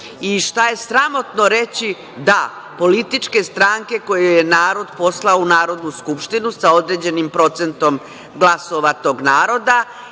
i šta je sramotno reći – da, političke stranke koje je narod poslao u Narodnu skupštinu sa određenim procentom glasova tog naroda,